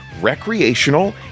recreational